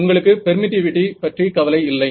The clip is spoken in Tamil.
உங்களுக்கு பெர்மிட்டிவிட்டி பற்றி கவலை இல்லை